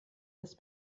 das